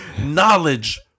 knowledge